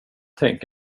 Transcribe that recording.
tänk